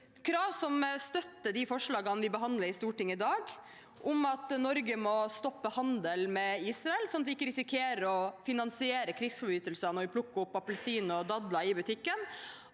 krav som støtter de forslagene vi behandler i Stortinget i dag: – at Norge må stoppe handel med Israel, sånn at vi ikke risikerer å finansiere krigsforbrytelser når vi plukker opp appelsiner og dadler i butikken